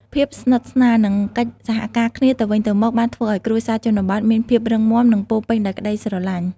ភាពស្និទ្ធស្នាល និងកិច្ចសហការគ្នាទៅវិញទៅមក បានធ្វើឲ្យគ្រួសារជនបទមានភាពរឹងមាំ និងពោរពេញដោយក្តីស្រឡាញ់។